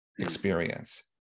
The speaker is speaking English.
experience